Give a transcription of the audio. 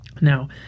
Now